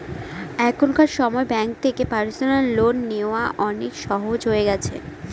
এখনকার সময় ব্যাঙ্ক থেকে পার্সোনাল লোন নেওয়া অনেক সহজ হয়ে গেছে